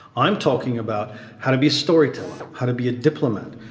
i'm talking about how to be a storyteller, how to be a diplomat,